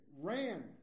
ran